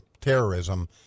terrorism